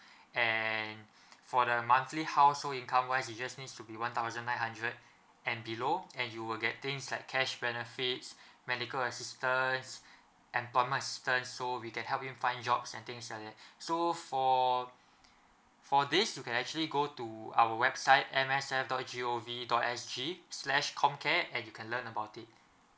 and for the monthly household income wise you just need to be one thousand nine hundred and below and you will get things like cash benefits medical assistants employment assistance so we can help you find jobs and things like that so for for this you can actually go to our website M S F dot G_O_V dot S_G slash comcare and you can learn about it